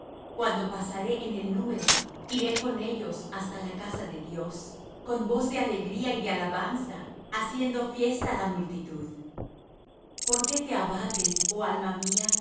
cuando pasaré en el número iré con ellos hasta la casa de dios con voz de alegría y de alabanza haciendo fiesta la multitud por qué te abates oh alma mía